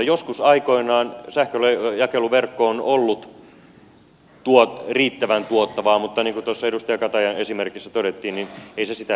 joskus aikoinaan sähkönjakeluverkko on ollut riittävän tuottavaa mutta niin kuin tuossa edustaja katajan esimerkissä todettiin ei se sitä enää ole